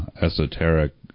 esoteric